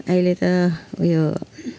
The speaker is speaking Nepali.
अहिले त उयो